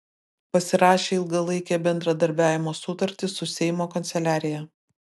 pasirašė ilgalaikę bendradarbiavimo sutartį su seimo kanceliarija